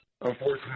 unfortunately